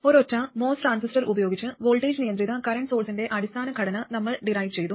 ഒരൊറ്റ MOS transistor ഉപയോഗിച്ച് voltage നിയന്ത്രിത കറന്റ് സോഴ്സിന്റെ അടിസ്ഥാന ഘടന നമ്മൾ ഡിറൈവ് ചെയ്തു